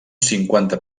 cinquanta